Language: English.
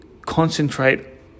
concentrate